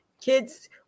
kids